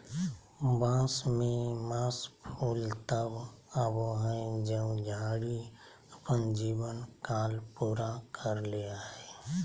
बांस में मास फूल तब आबो हइ जब झाड़ी अपन जीवन काल पूरा कर ले हइ